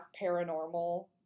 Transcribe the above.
paranormal